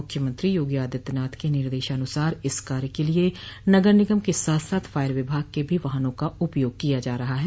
मुख्यमंत्री योगी आदित्यनाथके निर्देशानुसार इस कार्य के लिये नगर निगम के साथ साथ फायर विभाग के भी वाहनों का उपयोग किया जा रहा है